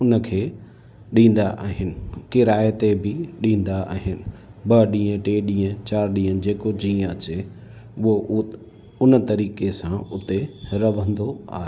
उनखे ॾींदा आहिनि किराए ते बि ॾींदा आहिनि ॿ ॾींहं टे ॾींहं चार ॾींहं जेको जीअं अचे उहो उन तरीक़े सां उते रहंदो आहे